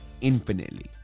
infinitely